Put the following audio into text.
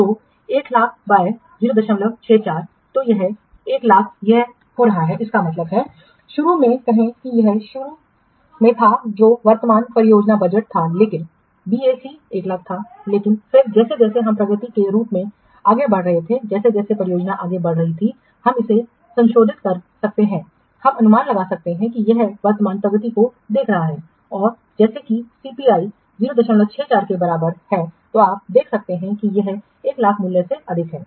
तो 100000 by 064 से यह तक १००००० यह हो रहा है इसका मतलब है शुरू में कहें कि यह शुरू में था जो वर्तमान परियोजना बजट था लगभग बीएसी 100000 था लेकिन फिर जैसे जैसे हम प्रगति के रूप में आगे बढ़ रहे थे जैसे जैसे परियोजना आगे बढ़ रही है हम इसे संशोधित कर सकते हैं हम अनुमान लगा सकते हैं कि यह वर्तमान प्रगति को देख रहा है और जैसा कि सीपीआई 064 के बराबर है तो आप देख सकते हैं कि अब यह 100000 मूल्य से अधिक है